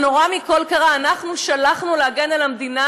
הנורא מכול קרה, אנחנו שלחנו אותו להגן על המדינה,